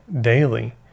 daily